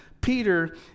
Peter